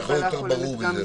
מה יכול להיות יותר ברור מזה?